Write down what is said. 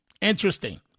interesting